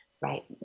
Right